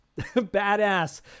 badass